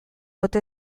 ote